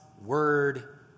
word